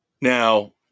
Now